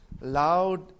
Loud